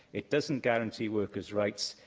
it doesn't guarantee workers' rights,